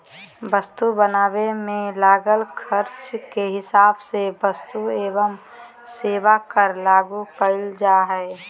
वस्तु बनावे मे लागल खर्चे के हिसाब से वस्तु एवं सेवा कर लागू करल जा हय